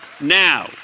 now